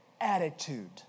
attitude